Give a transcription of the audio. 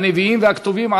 הנביאים והכתובים,